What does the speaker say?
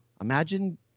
Imagine